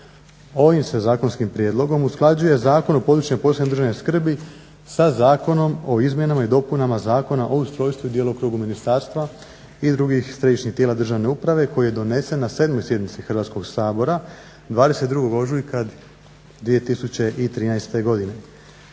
Ovim se zakonskim prijedlogom usklađuje Zakon o područjima posebne državne skrbi sa Zakonom o izmjenama i dopunama Zakona o ustrojstvu i djelokrugu ministarstva i drugih središnjih tijela državne uprave koji je donesen na 7. sjednici Hrvatskog sabora 22. ožujka 2013. godine.